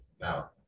Now